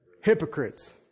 hypocrites